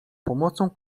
pomocą